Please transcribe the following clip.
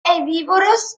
herbívoros